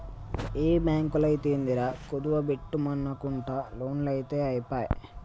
ఏ బాంకైతేందిరా, కుదువ బెట్టుమనకుంట లోన్లిత్తె ఐపాయె